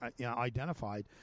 identified